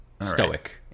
stoic